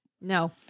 no